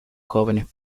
jóvenes